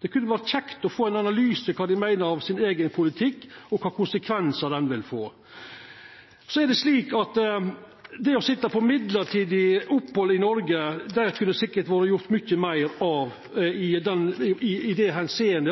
Det kunne vore kjekt å få ein analyse av kva dei meiner om sin eigen politikk, og kva for konsekvensar han vil få. Dei som sit på mellombels opphald i Noreg, kunne det sikkert vore gjort mykje meir for ved